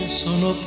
sono